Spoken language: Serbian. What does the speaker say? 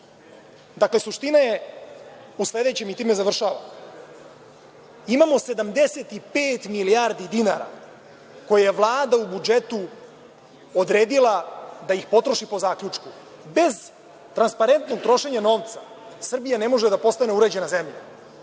suština je u sledećem i time i završavam. Imamo 75 milijardi dinara koje je Vlada u budžetu odredila da ih potroši po zaključku. Bez transparentnog trošenja novca, Srbija ne može da postane uređena zemlja.